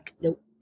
Nope